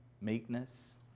meekness